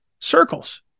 circles